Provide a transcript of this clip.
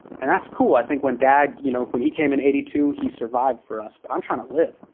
and that's cool, i think when dad, you know, when he came in eighty two he survived for us. but i'm trying to live.